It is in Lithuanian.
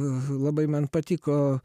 labai man patiko